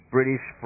British